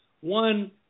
One